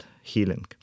healing